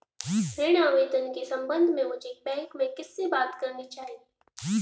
ऋण आवेदन के संबंध में मुझे बैंक में किससे बात करनी चाहिए?